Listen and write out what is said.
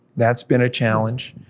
that's been a challenge,